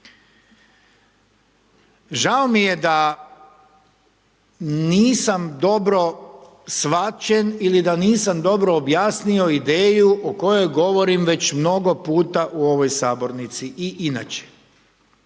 Žao mi je da nisam dobro shvaćen ili da nisam dobro objasnio ideju o kojoj govorim već mnogo puta u ovoj sabornici i inače.